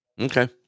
Okay